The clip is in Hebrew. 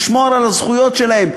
לשמור על הזכויות שלהם,